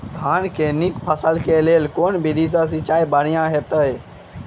धानक नीक फसल केँ लेल केँ विधि सँ सिंचाई बढ़िया होइत अछि?